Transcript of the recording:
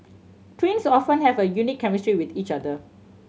twins often have a unique chemistry with each other